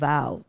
Vow